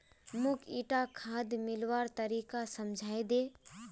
मौक ईटा खाद मिलव्वार तरीका समझाइ दे